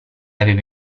aveva